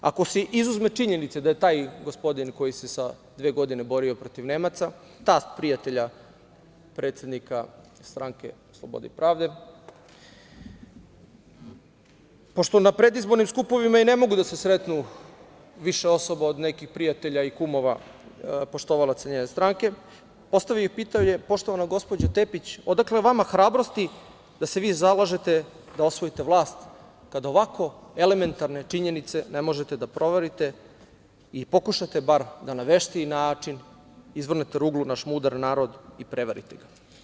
Ako se izuzme činjenica da je taj gospodin koji se sa dve godine borio protiv Nemaca tast prijatelja predsednika Stranke slobode i pravde, pošto na predizbornim skupovima i ne mogu da se sretnu više osoba od nekih prijatelja i kumova poštovalaca njene stranke, postavio bih pitanje, poštovana gospođo Tepić, odakle vam hrabrosti da se vi zalažete da osvojite vlast, kad ovako elementarne činjenice ne možete da proverite i pokušate bar da na veštiji način izvrgnete ruglu naš mudar narod i prevarite ga?